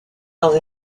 dans